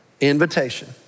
invitation